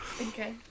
Okay